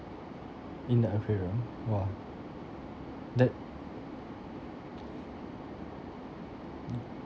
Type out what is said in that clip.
in the aquarium !wah! that mm